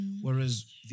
Whereas